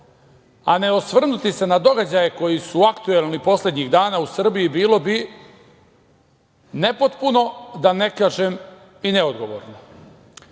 a ne osvrnuti se na događaje koji su aktuelni poslednjih dana u Srbiji, bilo bi nepotpuno, da ne kažem i neodgovorno,